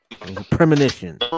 Premonition